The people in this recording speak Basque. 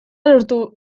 lortu